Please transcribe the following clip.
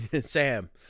Sam